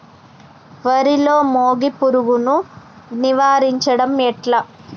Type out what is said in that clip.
వరిలో మోగి పురుగును నివారించడం ఎట్లా?